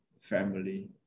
family